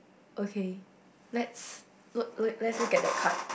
okay let's look look let's look at that card